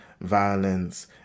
violence